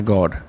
God